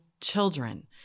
children